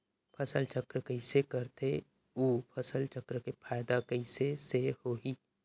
फसल चक्र कइसे करथे उ फसल चक्र के फ़ायदा कइसे से होही?